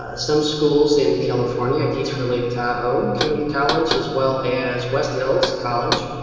ah some schools in california. i teach for lake tahoe community college as well as westville's college.